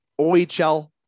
OHL